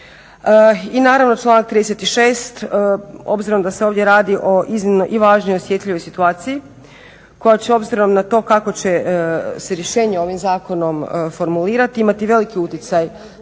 I naravno, članak 36., obzirom da se ovdje radi o iznimno i važnoj i osjetljivoj situaciji koja će obzirom na to kakvo će se rješenje ovim zakonom formulirati imati velik utjecaj